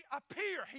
appear